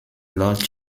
lord